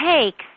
takes